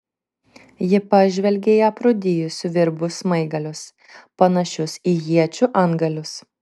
ji pažvelgė į aprūdijusių virbų smaigalius panašius į iečių antgalius